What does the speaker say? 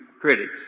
critics